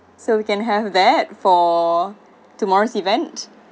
so we can have that for tomorrow's event